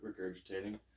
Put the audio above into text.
regurgitating